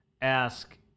ask